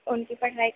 उनकी पढ़ाई